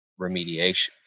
remediation